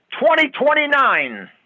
2029